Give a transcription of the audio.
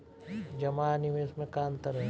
जमा आ निवेश में का अंतर ह?